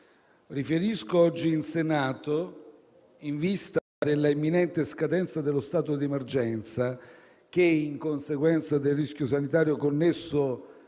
riferisco oggi in Senato in vista dell'imminente scadenza dello stato d'emergenza che, in conseguenza del rischio sanitario connesso